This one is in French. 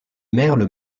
merle